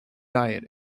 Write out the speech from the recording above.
diet